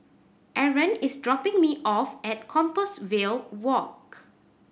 Arron is dropping me off at Compassvale Walk